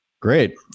Great